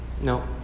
No